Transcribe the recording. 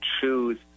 choose